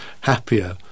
happier